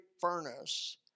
furnace